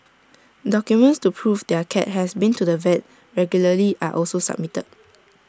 documents to prove their cat has been to the vet regularly are also submitted